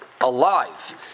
alive